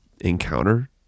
encounter